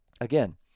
Again